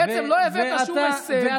בעצם לא הבאת, ואתה, שום הישג.